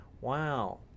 Wow